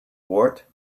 board